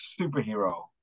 superhero